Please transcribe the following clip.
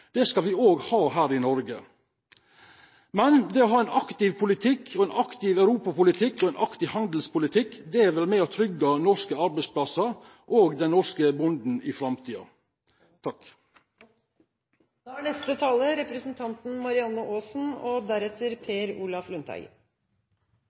Det skal vi også ha her i Norge. Men det å ha en aktiv politikk – en aktiv europapolitikk og en aktiv handelspolitikk – vil være med på å trygge norske arbeidsplasser og den norske bonden i framtiden. Dette synes jeg har vært og er en god debatt, med mange deltakere og